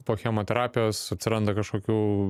po chemoterapijos atsiranda kažkokių